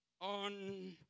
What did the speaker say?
on